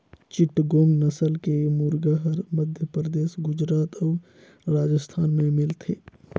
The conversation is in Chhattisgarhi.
चिटगोंग नसल के मुरगा हर मध्यपरदेस, गुजरात अउ राजिस्थान में मिलथे